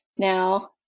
now